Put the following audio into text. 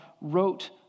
wrote